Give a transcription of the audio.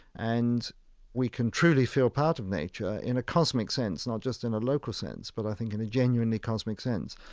and we can truly feel part of nature in a cosmic sense, not just in a local sense, but i think in a genuinely cosmic sense.